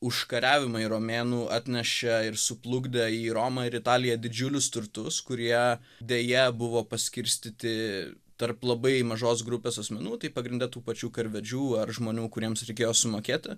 užkariavimai romėnų atnešė ir suplukdė į romą ir į italiją didžiulius turtus kurie deja buvo paskirstyti tarp labai mažos grupės asmenų tai pagrinde tų pačių karvedžių ar žmonių kuriems reikėjo sumokėti